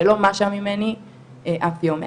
שלא משה ממני אף יום מאז,